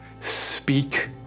speak